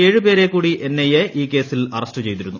ഏഴുപേശ്ല കൂടി N I A ഈ കേസിൽ അറസ്റ്റു ചെയ്തിരുന്നു